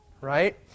Right